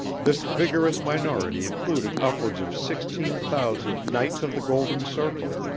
this vigorous minority included upwards of sixteen thousand knights of the golden circle,